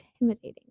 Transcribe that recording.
intimidating